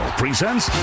presents